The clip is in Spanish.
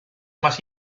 más